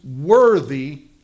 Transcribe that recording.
worthy